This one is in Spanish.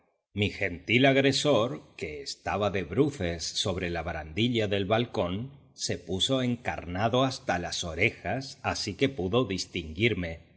mi gentil agresor que estaba de bruces sobre la barandilla del balcón se puso encarnado hasta las orejas así que pudo distinguirme